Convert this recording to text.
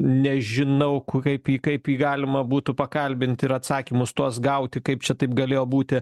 nežinau ku kaip jį kaip jį galima būtų pakalbint ir atsakymus tuos gauti kaip čia taip galėjo būti